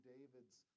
David's